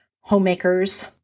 homemakers